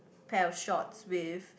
pair of shorts with